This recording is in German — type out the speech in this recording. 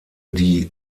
die